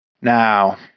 Now